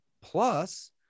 plus